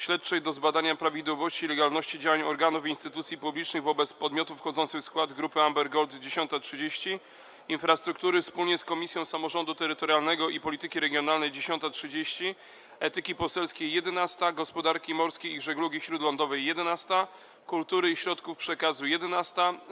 Śledczej do zbadania prawidłowości i legalności działań organów i instytucji publicznych wobec podmiotów wchodzących w skład Grupy Amber Gold - godz. 10.30, - Infrastruktury wspólnie z Komisją Samorządu Terytorialnego i Polityki Regionalnej - godz. 10.30, - Etyki Poselskiej - godz. 11, - Gospodarki Morskiej i Żeglugi Śródlądowej - godz. 11, - Kultury i Środków Przekazu - godz. 11,